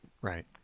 Right